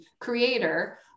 creator